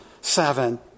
seven